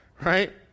right